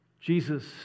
Jesus